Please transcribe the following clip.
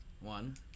one